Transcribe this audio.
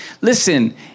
Listen